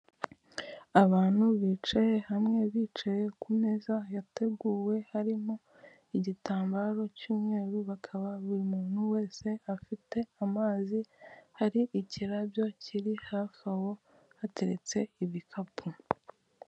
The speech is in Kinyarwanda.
Abantu bicaye hamwe bicaye ku meza yateguwe harimo igitambaro cy'umweru bakaba buri muntu wese afite amazi; hari ikirabyo kiri hafi aho hateretse ibikapu.